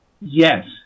Yes